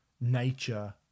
nature